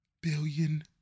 billion